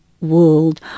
world